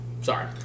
Sorry